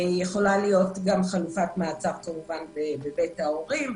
יכולה להיות חלופת מעצר בבית ההורים,